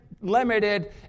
limited